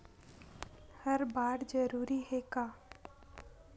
हर बार जरूरी हे का?